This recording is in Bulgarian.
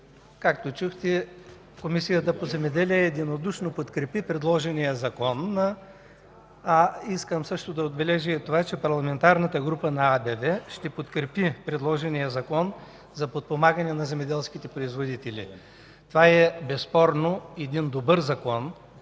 Както чухте, Комисията по земеделие единодушно подкрепи предложения закон, а също искам да отбележа и това, че Парламентарната група на АБВ ще подкрепи предложения Закон за подпомагане на земеделските производители. Това е безспорно един добър закон,